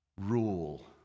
rule